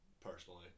personally